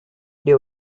there